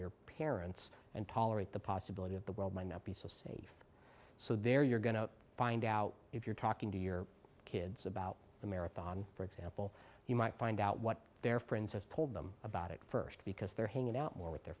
your parents and tolerate the possibility of the world might not be so safe so there you're going to find out if you're talking to your kids about the marathon for example you might find out what their friends have told them about it first because they're hanging out more with their